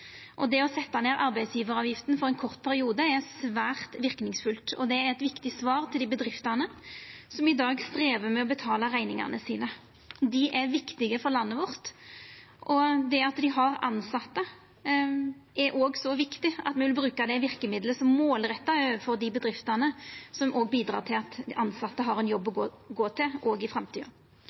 Det å setja ned arbeidsgjevaravgifta for ein kort periode er svært verknadsfullt, og det er eit viktig svar til dei bedriftene som i dag strever med å betala rekningane sine. Dei er viktige for landet vårt, og det at dei har tilsette, er òg så viktig at me vil bruka det verkemiddelet målretta overfor dei bedriftene som òg bidreg til at dei tilsette har ein jobb å gå til òg i framtida.